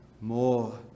more